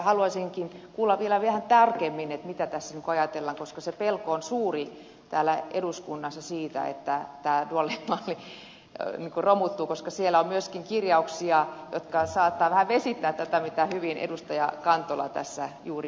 haluaisinkin kuulla vielä vähän tarkemmin mitä tässä ajatellaan koska se pelko on suuri täällä eduskunnassa siitä että duaalimalli romuttuu koska siellä on myöskin kirjauksia jotka saattavat vähän vesittää tätä mitä edustaja kantola hyvin tässä juuri sanoi